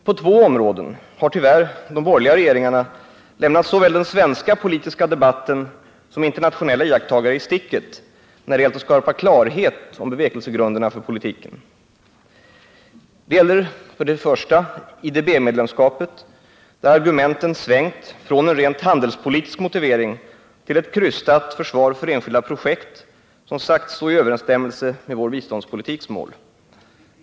På två områden har tyvärr de borgerliga regeringarna lämnat såväl den svenska politiska debatten som internationella iakttagare i sticket när det gällt att skapa klarhet om bevekelsegrunderna för politiken. Det ena gäller IDB-medlemskapet, där argumenten svängt från en rent handelspolitisk motivering till ett krystat försvar för enskilda projekt som sägs stå i överensstämmelse med målen för vår biståndspolitik.